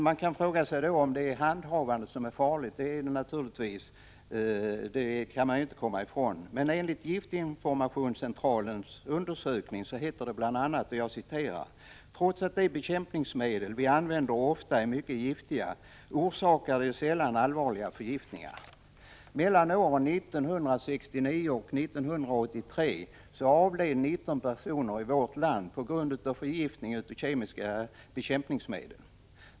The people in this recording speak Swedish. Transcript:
Man kan fråga sig om det är handhavandet som är farligt. Det är det naturligtvis, det kan man inte komma ifrån. I Giftinformationscentralens undersökning heter det bl.a.: ”Trots att de bekämpningsmedel vi använder ofta är mycket giftiga, orsakar de sällan allvarliga förgiftningar. Mellan åren 1969 och 1983 har 19 personer i Sverige dött på grund av förgiftning av bekämpningsmedel.